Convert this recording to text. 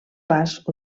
pas